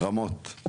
רמות.